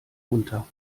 unter